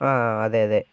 ആ അതേ അതേ